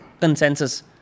consensus